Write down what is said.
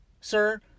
sir